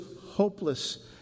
hopeless